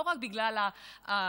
לא רק בגלל הפרשנות,